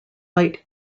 light